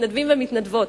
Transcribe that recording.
מתנדבים ומתנדבות,